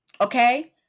Okay